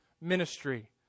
ministry